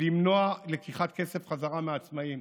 למנוע לקיחת כסף חזרה מהעצמאים,